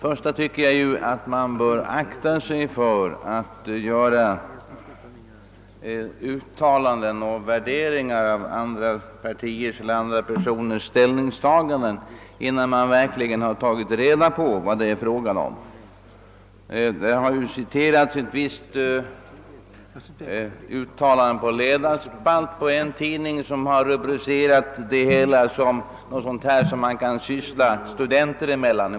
Först och främst bör man akta sig för att göra uttalanden och värderingar om andra partiers eller andra personers ställningstaganden, innan man verkligen tagit reda på vad det är fråga om. Det har citerats ett visst uttalande på ledarspalt i en tidning, som hänfört problemet till sådant som man kan syss la med studenter emellan.